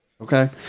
okay